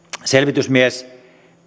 selvitysmies